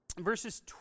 verses